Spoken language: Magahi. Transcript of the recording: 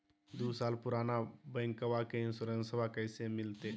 दू साल पुराना बाइकबा के इंसोरेंसबा कैसे मिलते?